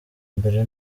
mbere